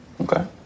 Okay